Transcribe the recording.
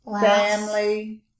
Family